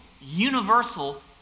universal